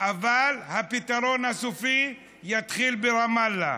אבל הפתרון הסופי יתחיל ברמאללה,